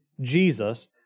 Jesus